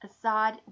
Assad